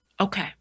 Okay